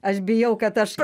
aš bijau kad aš